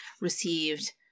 received